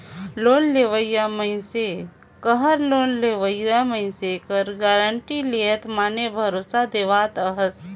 loan लेवइया मइनसे कहर लोन लेहोइया मइनसे कर गारंटी लेहत माने भरोसा देहावत हस